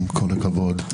עם כל הכבוד,